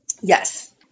Yes